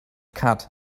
cut